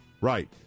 right